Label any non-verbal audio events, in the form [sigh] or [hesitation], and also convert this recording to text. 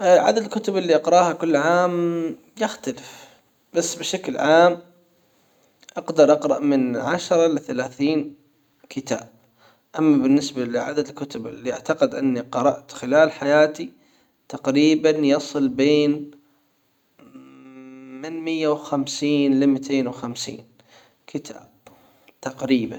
اه عدد الكتب اللي اقرأها كل عام [hesitation] يختلف بس بشكل عام اقدر اقرأ من عشرة لثلاثين كتاب. اما بالنسبة لعدد الكتب اللي اعتقد اني قرأت خلال حياتي تقريبا يصل بين من [hesitation] مائة وخمسين لمائتين وخمسين كتاب.